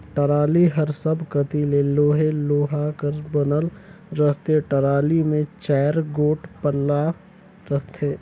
trolley हर सब कती ले लोहे लोहा कर बनल रहथे, टराली मे चाएर गोट पल्ला रहथे